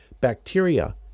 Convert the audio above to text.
bacteria